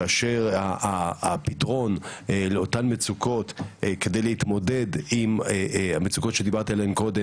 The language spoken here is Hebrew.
כאשר הפתרון לאותן מצוקות כדי להתמודד עם המצוקות שדיברתי עליהן קודם,